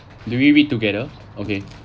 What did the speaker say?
do we read together okay